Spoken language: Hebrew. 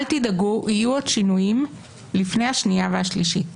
אל תדאגו, יהיו עוד שינויים לפני השנייה והשלישית.